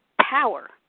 power